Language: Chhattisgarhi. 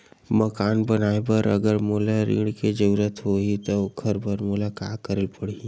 मकान बनाये बर अगर मोला ऋण के जरूरत होही त ओखर बर मोला का करे ल पड़हि?